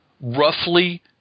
roughly